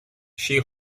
she